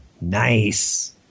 Nice